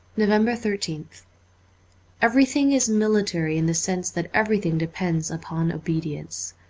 november thirteenth everything is military in the sense that everything depends upon obedience.